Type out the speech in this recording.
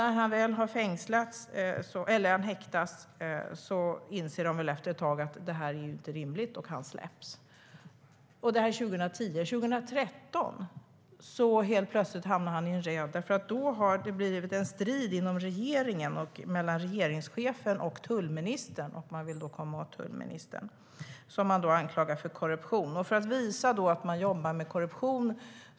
När han väl hade häktats insåg de efter ett tag att det inte var rimligt, och han släpptes. Det var 2010. År 2013 hamnade han plötsligt i en räd. Då hade det blivit en strid inom regeringen, mellan regeringschefen och tullministern, och man ville komma åt ministern som anklagades för korruption. Man ville visa att man jobbade mot korruption.